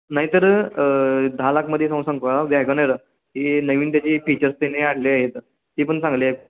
नाही तर दहा लाखमध्ये सांगू का व्यागनेर हे नवीन त्याचे फीचर्स त्याने आणले आहेत ती पण चांगली आहे